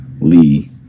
Lee